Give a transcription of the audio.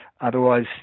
Otherwise